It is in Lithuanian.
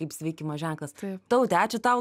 kaip sveikimo ženklas taute ačiū tau